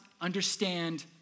understand